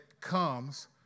comes